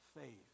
faith